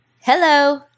Hello